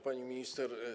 Pani Minister!